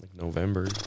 November